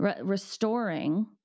Restoring